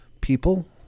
people